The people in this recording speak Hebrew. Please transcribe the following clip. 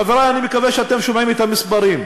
חברי, אני מקווה שאתם שומעים את המספרים.